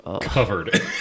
Covered